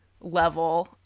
level